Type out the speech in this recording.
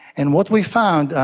and what we found,